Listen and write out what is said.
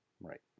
Right